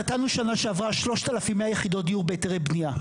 נתנו בשנה שעבר 3100 יחידות דיור בהיתרי בניה.